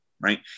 right